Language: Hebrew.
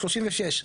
36,